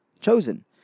chosen